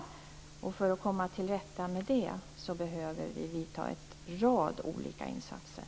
För att komma till rätta med det behöver vi göra en rad olika insatser.